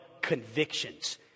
convictions